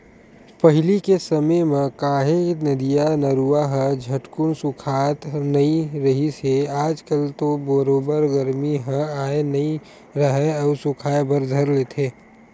पहिली के समे म काहे नदिया, नरूवा ह झटकून सुखावत नइ रिहिस हे आज कल तो बरोबर गरमी ह आय नइ राहय अउ सुखाय बर धर लेथे